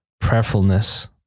prayerfulness